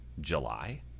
july